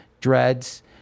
dreads